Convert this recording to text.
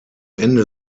ende